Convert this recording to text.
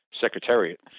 secretariat